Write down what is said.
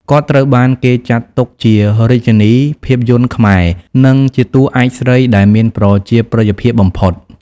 គាត់ត្រូវបានគេចាត់ទុកជា "រាជនីភាពយន្តខ្មែរ" និងជាតួឯកស្រីដែលមានប្រជាប្រិយភាពបំផុត។